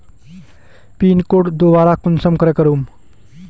Pin code दोबारा कुंसम करे करूम?